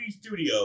studio